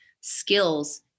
skills